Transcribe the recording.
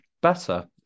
better